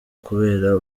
kubera